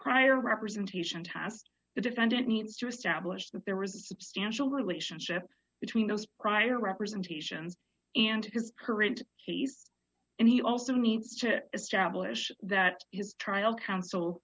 prior representation tast the defendant needs to establish that there was a substantial relationship between those prior representations and his current keys and he also needs to establish that his trial counsel